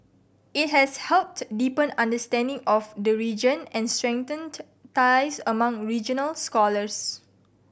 it has helped deepen understanding of the region and strengthened ties among regional scholars